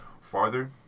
farther